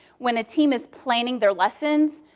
when a team is planning their lessons,